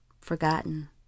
forgotten